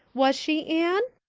was she, anne?